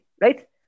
right